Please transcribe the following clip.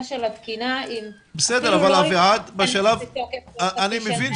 של התקינה אם לא יכנסו לתוקף לעוד חצי שנה,